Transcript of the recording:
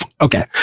okay